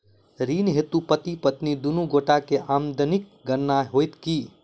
ऋण हेतु पति पत्नी दुनू गोटा केँ आमदनीक गणना होइत की?